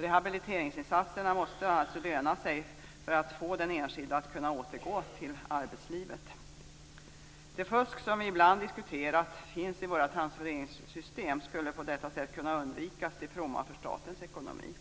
Rehabiliteringsinsatserna måste alltså vara lönande och få den enskilde att kunna återgå till arbetslivet. Det fusk som enligt vad vi ibland diskuterat finns i våra transfereringssystem skulle på detta sätt kunna undvikas, till fromma för statens ekonomi.